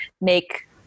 make